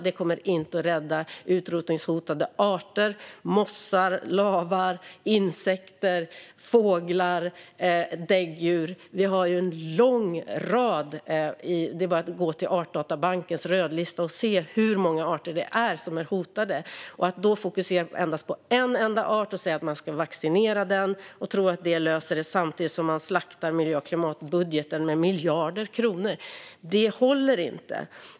Det kommer inte att rädda utrotningshotade arter som mossar, lavar, insekter, fåglar, däggdjur - det finns en lång rad. Det är bara att gå till Artdatabankens rödlista och titta på hur många arter det är som är hotade. Att då fokusera på en enda art, säga att man ska vaccinera den och tro att det löser det samtidigt som man slaktar miljö och klimatbudgeten med miljarder kronor håller inte.